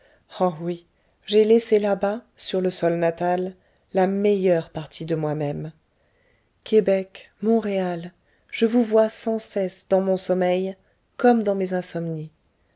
oh oui j'ai laissé là-bas sur le sol natal la meilleure partie de moi-même québec montréal je vous vois sans cesse dans mon sommeil comme dans mes insomnies